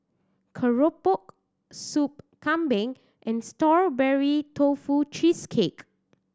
keropok Soup Kambing and Strawberry Tofu Cheesecake